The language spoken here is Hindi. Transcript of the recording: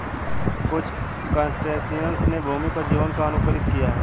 कुछ क्रस्टेशियंस ने भूमि पर जीवन को अनुकूलित किया है